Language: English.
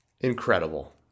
Incredible